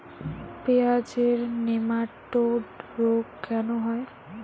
পেঁয়াজের নেমাটোড রোগ কেন হয়?